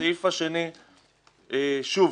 הסעיף השני, שוב,